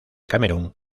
camerún